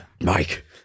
Mike